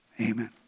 Amen